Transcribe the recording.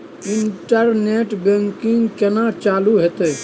Internet banking केना चालू हेते?